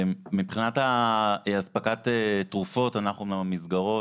מבחינת אספקת התרופות אנחנו המסגרות,